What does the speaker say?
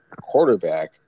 quarterback